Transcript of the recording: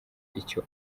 icyo